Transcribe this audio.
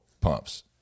pumps